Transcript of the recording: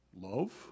love